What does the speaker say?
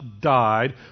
died